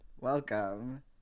welcome